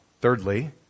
Thirdly